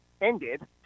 ended